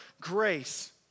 grace